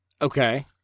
okay